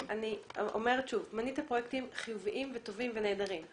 מנית פרויקטים חיוביים וטובים ונהדרים.